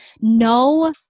No